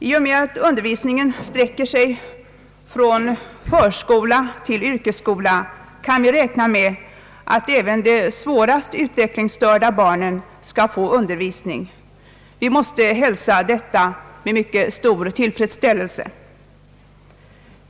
I och med att undervisningen sträcker sig från förskola till yrkesskola kan vi räkna med, att även de svårast utvecklingsstörda barnen skall få undervisning. Vi måste hälsa detta med mycket stor tillfredsställelse.